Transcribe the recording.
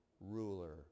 Ruler